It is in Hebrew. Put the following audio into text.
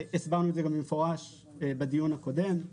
הסברנו את זה גם במפורש בדיון הקודם,